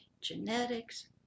genetics